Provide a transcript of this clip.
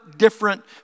different